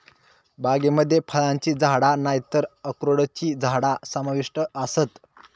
बागेमध्ये फळांची झाडा नायतर अक्रोडची झाडा समाविष्ट आसत